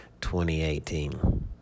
2018